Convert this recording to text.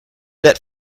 that